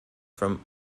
from